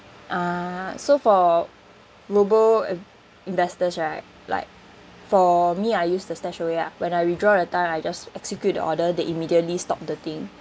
uh so for robo uh investors right like for me I use the StashAway ah when I withdraw that time I just execute the order they immediately stop the thing